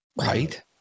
Right